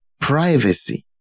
Privacy